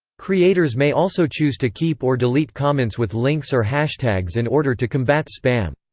creators may also choose to keep or delete comments with links or hashtags in order to combat spam.